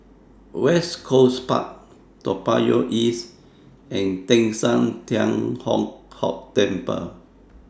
West Coast Park Toa Payoh East and Teng San Tian Hock Temple